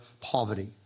poverty